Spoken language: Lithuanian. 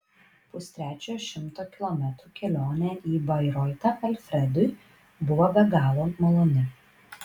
pustrečio šimto kilometrų kelionė į bairoitą alfredui buvo be galo maloni